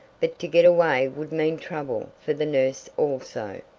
but to get away would mean trouble for the nurse also.